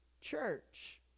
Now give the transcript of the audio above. church